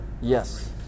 Yes